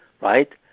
right